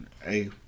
Hey